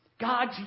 God